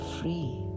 free